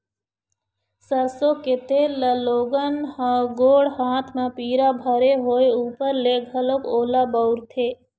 सरसो के तेल ल लोगन ह गोड़ हाथ म पीरा भरे होय ऊपर ले घलोक ओला बउरथे